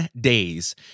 days